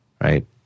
Right